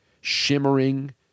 shimmering